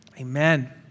Amen